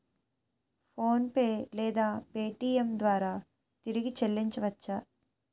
PhonePe లేదా Paytm ద్వారా తిరిగి చల్లించవచ్చ?